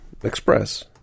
express